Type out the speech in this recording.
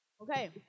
Okay